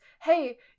hey